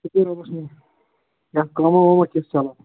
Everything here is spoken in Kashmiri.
شُکُر رۅبَس کُن کیٛاہ کٲماہ وأماہ کِژھ چَلان